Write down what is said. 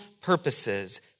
purposes